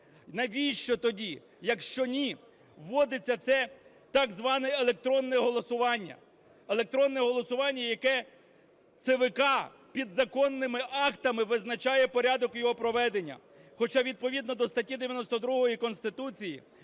Навіщо тоді, якщо ні, вводиться це так зване електронне голосування? Електронне голосування, яке ЦВК підзаконними актами визначає порядок його проведення. Хоча відповідно до статті 92 Конституції